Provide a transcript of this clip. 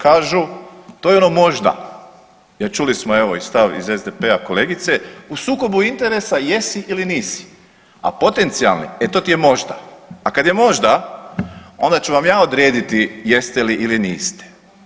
Kažu to je ono možda, jel čuli smo evo i stav iz SDP-a kolegice u sukobu interesa jesi ili nisi, a potencionalni e to ti je možda, a kad je možda onda ću vam ja odrediti jeste li ili niste.